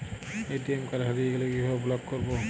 ATM card হারিয়ে গেলে কিভাবে ব্লক করবো?